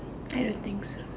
I don't think so